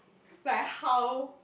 like how